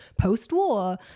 post-war